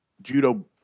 judo